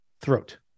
throat